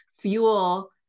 fuel